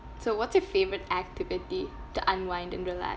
so what's your favourite activity to unwind and relax